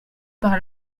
par